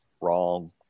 Wrong